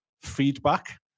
feedback